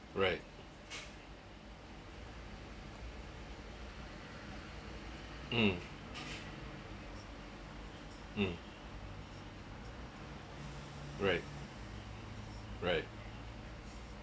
right right right mm mm right right